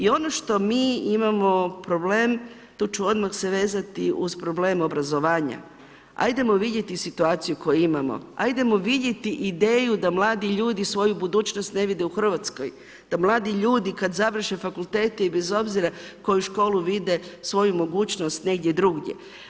I ono što mi imamo problem, tu ću odmah se vezati uz problem obrazovanja, ajdemo vidjeti situaciju koju imamo, ajdemo vidjeti ideju da mladi ljudi svoju budućnost ne vide u Hrvatskoj, da mladi ljudi kad završe fakultete i bez obzira koju školu vide svoju mogućnost negdje drugdje.